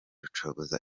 rucogoza